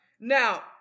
Now